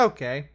Okay